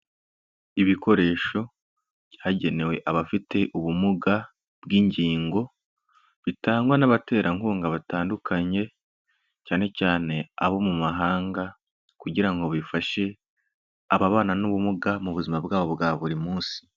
Ibikoresho byagenewe abafite ubumuga bw'ingingo, bitangwa n'abaterankunga batandukanye, cyane cyane abo mu mahanga kugira ngo bifashe ababana n'ubumuga mu buzima bwabo bwa buri munsi.